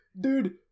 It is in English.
Dude